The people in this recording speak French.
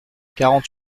quarante